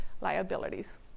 liabilities